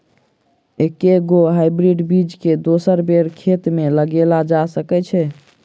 एके गो हाइब्रिड बीज केँ दोसर बेर खेत मे लगैल जा सकय छै?